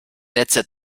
netze